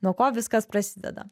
nuo ko viskas prasideda